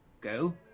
go